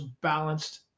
balanced